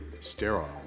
sterile